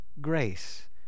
grace